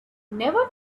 never